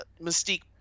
Mystique